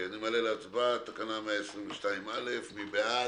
אני מעלה להצבעה את תקנה 122א. מי בעד?